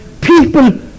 people